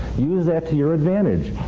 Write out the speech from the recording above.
use that to your advantage.